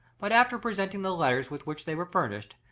but after presenting the letters with which they were furnished,